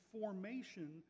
formation